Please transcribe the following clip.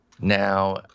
Now